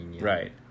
Right